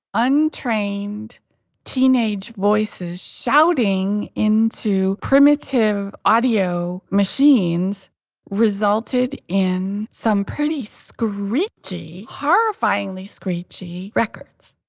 untrained teenage voices shouting into primitive audio machines resulted in some pretty screechy, horrifyingly screechy records